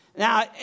Now